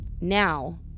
Now